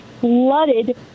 flooded